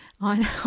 on